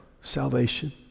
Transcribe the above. salvation